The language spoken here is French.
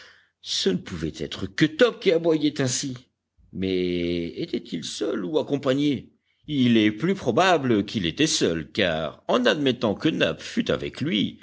ce ne pouvait être que top qui aboyait ainsi mais était-il seul ou accompagné il est plus probable qu'il était seul car en admettant que nab fût avec lui